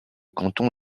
canton